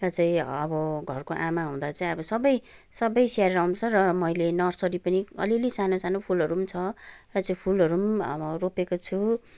र चाहिँ अब घरको आमा हुँदा चाहिँ अब सबै सबै स्याहारेर आउनु पर्छ र मैले नर्सरी पनि अलिअलि सानो सानो फुलहरू पनि छ र चाहिँ फुलहरू पनि रोपेको छु